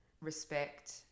respect